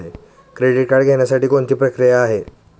Credit card घेण्यासाठी कोणती प्रक्रिया आहे?